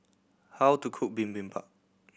how to cook Bibimbap